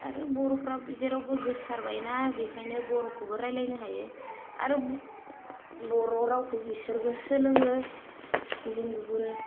आरो बर'फ्रा जेरावबो गोसारबायना बेखायनो बर'खौबो रायलायनो हायो आरो बर'रावखौ बिसोरबो सोलोङो गुबुन गुबुन